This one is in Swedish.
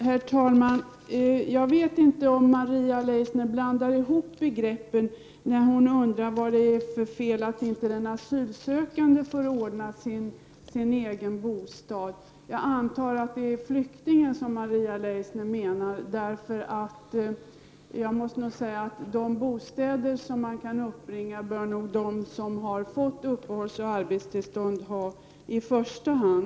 Herr talman! Jag undrar om inte Maria Leissner blandar ihop begreppen när hon undrar varför inte den asylsökande får ordna sin egen bostad. Jag antar att Maria Leissner avser flyktingar. De bostäder som man kan uppbringa bör nog i första hand de som har fått uppehållsoch arbetstillstånd ha.